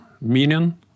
meaning